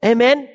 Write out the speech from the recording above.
Amen